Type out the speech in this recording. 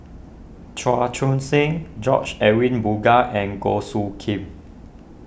Chua Joon Siang George Edwin Bogaars and Goh Soo Khim